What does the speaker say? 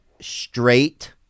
straight